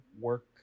work